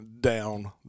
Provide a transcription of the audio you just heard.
down